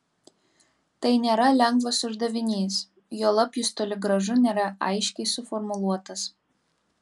tai nėra lengvas uždavinys juolab jis toli gražu nėra aiškiai suformuluotas